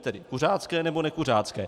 Tedy kuřácké nebo nekuřácké.